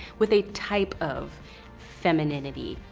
with a type of femininity.